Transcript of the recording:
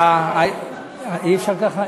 אי-אפשר ככה,